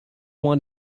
one